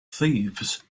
thieves